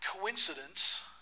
coincidence